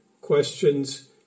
questions